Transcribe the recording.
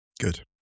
Good